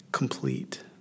Complete